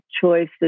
choices